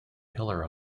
pillar